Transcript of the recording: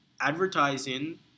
advertising